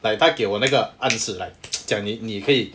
like 她给我那个暗示 like 讲你你可以